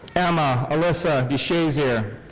emma alysa deshazier.